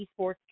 Esports